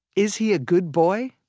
is he a good boy?